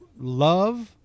love